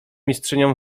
mistrzynią